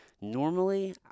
Normally